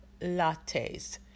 Lattes